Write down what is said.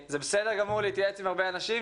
זה בסדר גמור להתייעץ עם הרבה אנשים,